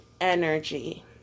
energy